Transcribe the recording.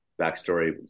Backstory